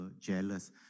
jealous